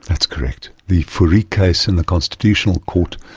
that's correct. the fourie case in the constitutional court